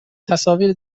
تصاویر